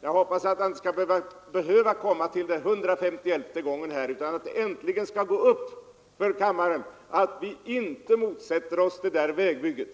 Jag hoppas att man inte skall behöva komma till den hundrafemtioelfte gången här utan att det äntligen skall gå upp för kammaren att vi inte motsätter oss detta vägbygge.